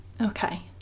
okay